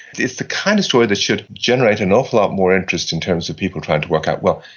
it's the kind of story that should generate an awful lot more interest in terms of people trying to work out, well,